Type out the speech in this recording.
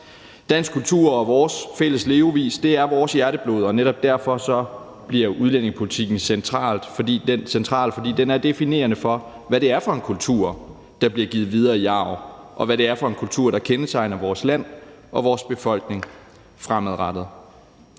Dansk kultur og vores fælles levevis er vores hjerteblod, og netop derfor bliver udlændingepolitikken central, fordi den er definerende for, hvad det er for en kultur, der bliver givet videre i arv, og hvad det er for en kultur, der kendetegner vores land og vores befolkning fremadrettet.